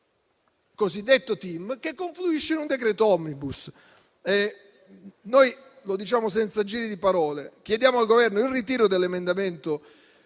cosiddetto TIM che confluisce in un decreto *omnibus*. Lo diciamo senza giri di parole: chiediamo al Governo il ritiro dell'emendamento